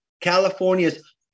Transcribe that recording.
California's